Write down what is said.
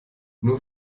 nur